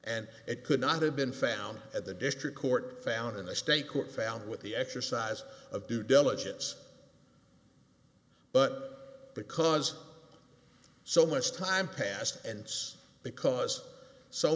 and it could not have been found at the district court found in a state court found with the exercise of due diligence but because so much time passed and it's because so